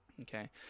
Okay